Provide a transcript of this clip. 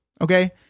Okay